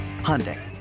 Hyundai